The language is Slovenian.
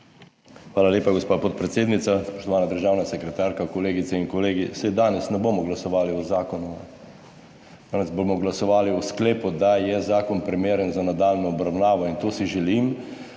Hvala lepa, gospa podpredsednica. Spoštovana državna sekretarka, kolegice in kolegi! Saj danes ne bomo glasovali o zakonu, danes bomo glasovali o sklepu, da je zakon primeren za nadaljnjo obravnavo, in tu si želim,